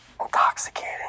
Intoxicating